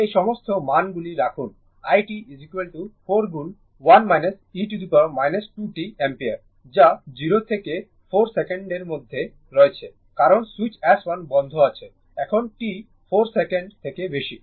এই সমস্ত মানগুলি রাখুন i t 4 গুণ 1 e 2t অ্যাম্পিয়ার যা 0 থেকে 4 সেকেন্ডের মধ্যে রয়েছে কারণ সুইচ S1 বন্ধ আছে এখন t 4 সেকেন্ড থেকে বেশি